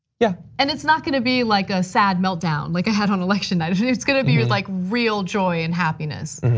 yeah. and it's not gonna be like a sad meltdown like i had on election night. it's and it's gonna be like real joy and happiness.